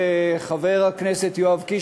וחבר הכנסת יואב קיש,